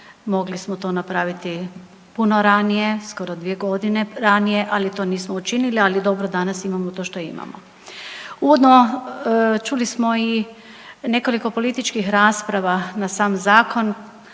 mogli smo to napraviti puno ranije, skoro 2 godine ranije, ali to nismo učinili, ali dobro, danas imamo to što imamo. Uvodno, čuli smo i nekoliko političkih rasprava na sam zakon,